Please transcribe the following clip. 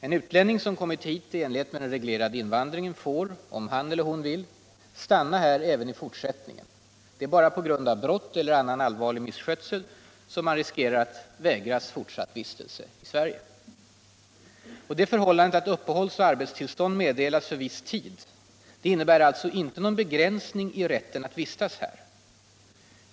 En utlänning som kommit hit i enlighet med vad som gäller för den reglerade invandringen får, om han eller hon vill, stanna här även i fortsättningen. Det är bara på grund av brott eller annan allvarlig misskötsel som man riskerar att vägras fortsatt vistelse i Sverige. Det förhållandet att uppehållsoch arbetstillstånd meddelas för viss tid innebär alltså inte någon begränsning i rätten att vistas här.